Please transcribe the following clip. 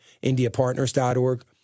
IndiaPartners.org